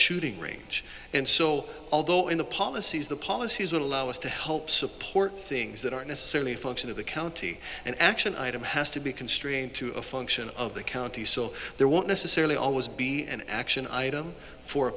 shooting range and so although in the policies the policies would allow us to help support things that are necessarily a function of the county and action item has to be constrained to a function of the county so there won't necessarily always be an action item for